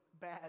bad